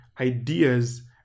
ideas